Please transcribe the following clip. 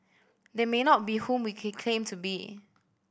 they may not be whom we claim to be